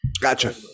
Gotcha